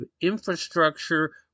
infrastructure